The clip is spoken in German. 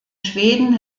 schweden